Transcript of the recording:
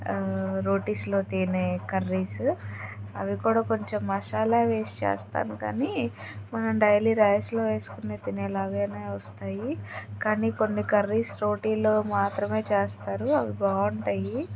రోటీస్లో తినే కర్రీసు అవి కూడా కొంచెం మసాలా వేసి చేస్తాను కానీ డైలీ రైస్లో వేసుకొని తినేలాగానే వస్తాయి కానీ కొన్ని కర్రీసు రోటీలో మాత్రమే చేస్తారు అవి బాగుంటాయి